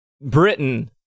Britain